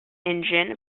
engine